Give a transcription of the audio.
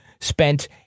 spent